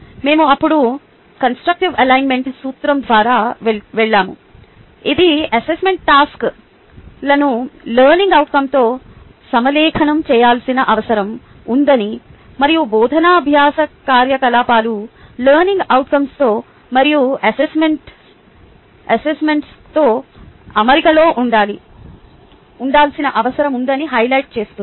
మేము అప్పుడు constructive alignment సూత్రం ద్వారా వెళ్ళాము ఇది అసెస్మెంట్ టాస్క్లను లెర్నింగ్ అవుట్కం తో సమలేఖనం చేయాల్సిన అవసరం ఉందని మరియు బోధనా అభ్యాస కార్యకలాపాలు లెర్నింగ్ అవుట్కంతో మరియు ఆ అసెస్మెంట్ టాస్క్తో అమరికలో ఉండాల్సిన అవసరం ఉందని హైలైట్ చేస్తుంది